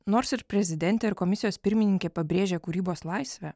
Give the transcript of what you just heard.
nors ir prezidentė ir komisijos pirmininkė pabrėžia kūrybos laisvę